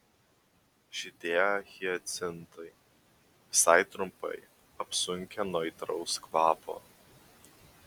žydėjo hiacintai visai trumpai apsunkę nuo aitraus kvapo